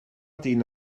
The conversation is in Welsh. dyn